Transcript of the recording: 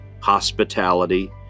hospitality